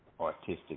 artistic